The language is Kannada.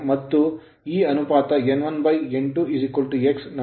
ಮತ್ತು ಈ ಅನುಪಾತ n1n2 x